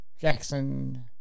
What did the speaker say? Jackson